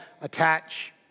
attach